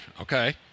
Okay